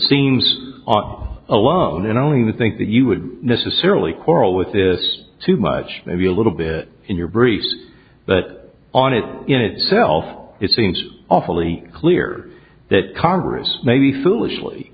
seems on alone and only to think that you would necessarily quarrel with this too much maybe a little bit in your briefs but on it in itself it seems awfully clear that congress maybe foolishly